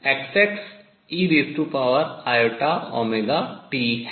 तो final solution अंतिम हल Xeiωt है